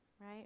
right